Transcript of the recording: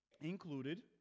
included